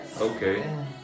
Okay